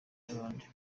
y’abandi